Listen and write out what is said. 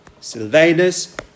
Sylvanus